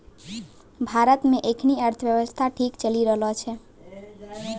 भारत मे एखनी अर्थव्यवस्था ठीक चली रहलो छै